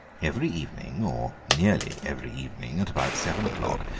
every evening, or nearly every evening, at about seven o'clock,